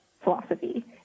philosophy